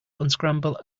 unscramble